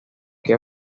que